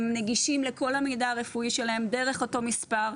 הם נגישים לכל המידע הרפואי שלהם דרך אותו מספר,